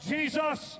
Jesus